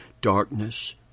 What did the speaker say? darkness